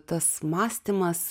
tas mąstymas